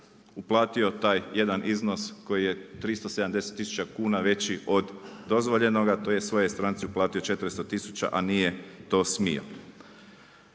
uplatio taj jedan iznos koji je 370 tisuća kuna veći od dozvoljenoga to je svojoj stranci uplatio 400 tisuća, a nije to smio.